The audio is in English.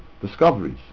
discoveries